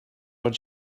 what